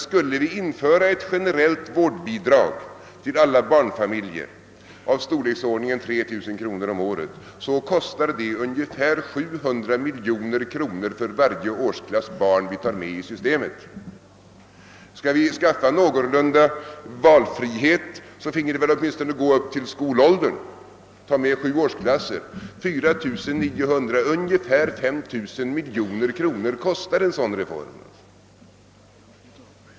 Skulle vi införa ett generellt vårdbidrag till alla barnfamiljer på 3 000 kronor om året, skulle det kosta ungefär 700 miljoner kronor för varje årsklass barn vi tar med i systemet. Skulle vi skapa någorlunda stor valfrihet, finge det väl åtminstone gå upp till skolåldern och således omfatta sju årsklasser. Nära 5 000 miljoner kronor kostar en sådan reform.